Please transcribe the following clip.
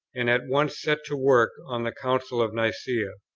and at once set to work on the council of nicaea.